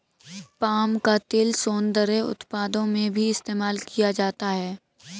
palm का तेल सौन्दर्य उत्पादों में भी इस्तेमाल किया जाता है